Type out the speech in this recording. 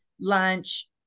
lunch